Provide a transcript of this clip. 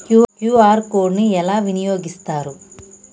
QR code ని ఎలా వినియోగిస్తారు?